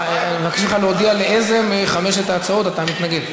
אני מבקש ממך להודיע לאיזו מחמש ההצעות אתה מתנגד.